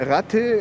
Ratte